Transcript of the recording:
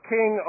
King